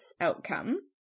outcome